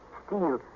steel